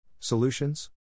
Solutions